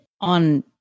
on